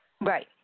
Right